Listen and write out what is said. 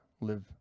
live